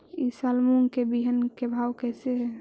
ई साल मूंग के बिहन के भाव कैसे हई?